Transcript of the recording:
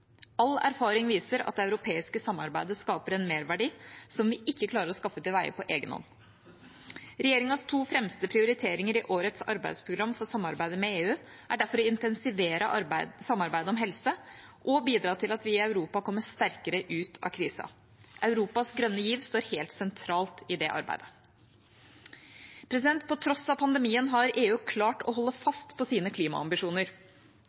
All erfaring viser at det europeiske samarbeidet skaper en merverdi vi ikke klarer å skaffe til veie på egen hånd. Regjeringas to fremste prioriteringer i årets arbeidsprogram for samarbeidet med EU er derfor å intensivere samarbeidet om helse og bidra til at vi i Europa kommer sterkere ut av krisen. Europas grønne giv står helt sentralt i det arbeidet. På tross av pandemien har EU klart å holde fast på sine klimaambisjoner.